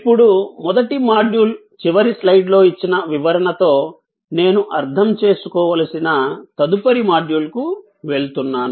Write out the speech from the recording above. ఇప్పుడు మొదటి మాడ్యూల్ చివరి స్లైడ్లో ఇచ్చిన వివరణతో నేను అర్థం చేసుకోవలసిన తదుపరి మాడ్యూల్కి వెళ్తున్నాను